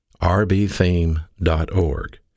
rbtheme.org